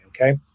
Okay